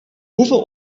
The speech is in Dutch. hoeveel